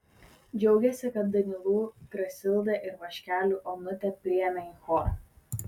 džiaugėsi kad danylų grasildą ir vaškelių onutę priėmė į chorą